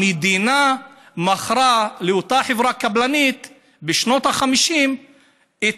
המדינה מכרה לאותה חברה קבלנית בשנות ה-50 את